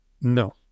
No